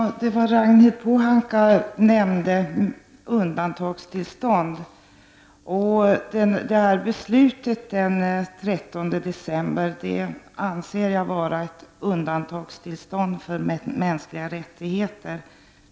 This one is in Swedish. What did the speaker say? Fru talman! Ragnhild Pohanka nämnde undantagstillstånd, och det beslut som fattades den 13 december anser jag vara ett undantagstillstånd för mänskliga rättigheter.